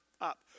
up